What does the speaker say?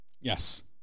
Yes